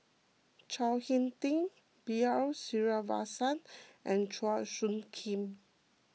Chao Hick Tin B R Sreenivasan and Chua Soo Khim